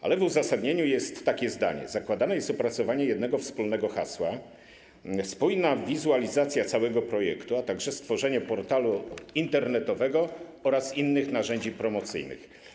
Ale w uzasadnieniu jest takie zdanie: Zakładane jest opracowanie jednego wspólnego hasła, spójna wizualizacja całego projektu, a także stworzenie portalu internetowego oraz innych narzędzi promocyjnych.